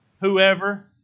whoever